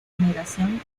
generación